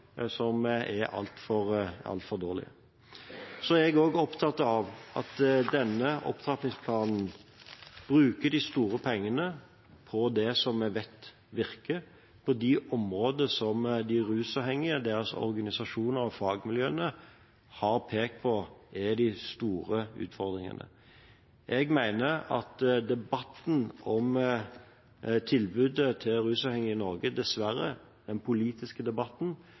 som er altfor dårlig. Så er jeg også opptatt av at denne opptrappingsplanen bruker de store pengene på det som vi vet virker, på de områder som de rusavhengige, deres organisasjoner og fagmiljøene har pekt på er de store utfordringene. Jeg mener at det i den politiske debatten om tilbudet til rusavhengige i Norge dessverre